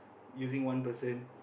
using one person